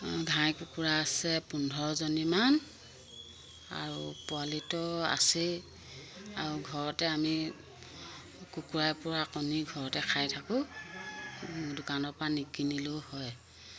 হাঁহ কুকুৰা আছে পোন্ধৰজনীমান আৰু পোৱালিতো আছেই আৰু ঘৰতে আমি কুকুৰাই পৰা কণী ঘৰতে খাই থাকোঁ দোকানৰ পৰা নিকিনিলেও হয়